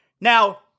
Now